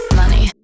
money